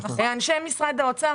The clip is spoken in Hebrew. אנשי משרד האוצר,